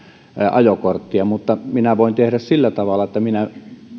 ajokortteja mutta minä voin tehdä sillä tavalla että minä